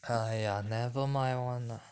!aiya! never mind [one] ah